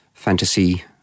Fantasy